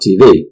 TV